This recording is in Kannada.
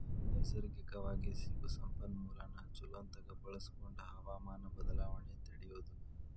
ನೈಸರ್ಗಿಕವಾಗಿ ಸಿಗು ಸಂಪನ್ಮೂಲಾನ ಚುಲೊತಂಗ ಬಳಸಕೊಂಡ ಹವಮಾನ ಬದಲಾವಣೆ ತಡಿಯುದು